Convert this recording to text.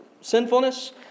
sinfulness